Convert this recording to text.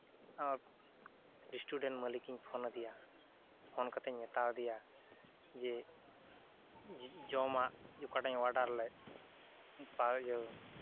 ᱟᱨ restaurant ᱢᱟᱹᱞᱤᱠᱤᱧ phone ᱟᱫᱮᱭᱟ phone ᱠᱟᱛᱮᱧ ᱢᱮᱛᱟᱣᱟᱫᱮᱭᱟ ᱡᱮ ᱡᱚᱢᱟᱜ ᱚᱠᱟᱴᱟᱜ ᱤᱧ ᱚᱰᱟᱨ ᱞᱮᱫ ᱵᱟ ᱤᱭᱟᱹ